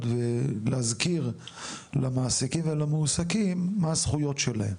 ולהזכיר למעסיקים ולמועסקים מה הזכויות שלהם,